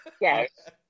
Yes